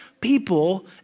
People